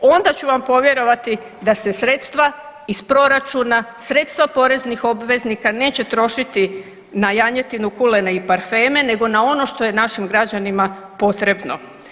Onda ću vam povjerovati da se sredstva iz proračuna, sredstva poreznih obveznika neće trošiti na janjetinu, kulene i parfeme nego na ono što je našim građanima potrebno.